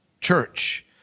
church